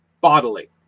bodily